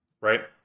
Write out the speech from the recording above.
Right